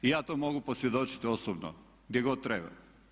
Ja to mogu posvjedočiti osobno, gdje god treba.